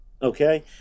Okay